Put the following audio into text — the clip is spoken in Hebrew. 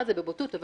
בבוטות,